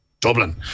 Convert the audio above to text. Dublin